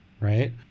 right